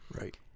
Right